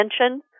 attention